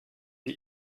die